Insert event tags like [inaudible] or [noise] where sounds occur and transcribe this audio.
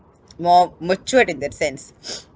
more matured in that sense [noise]